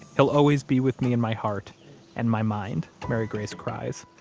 he'll always be with me in my heart and my mind, mary grace cries.